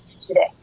today